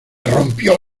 rompió